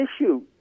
issue